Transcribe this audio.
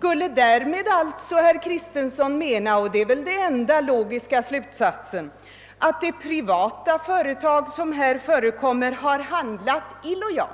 Menar herr Kristenson därmed — det är väl den enda logiska slutsats man kan dra — att privata företag på området har handlat illojalt?